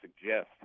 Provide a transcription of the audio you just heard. suggest